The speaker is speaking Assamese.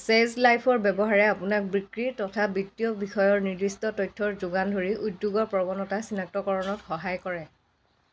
চেজ লাইভৰ ব্যৱহাৰে আপোনাক বিক্ৰী তথা বিত্তীয় বিষয়ৰ নিৰ্দিষ্ট তথ্যৰ যোগান ধৰি উদ্যোগৰ প্ৰৱণতা চিনাক্তকৰণত সহায় কৰে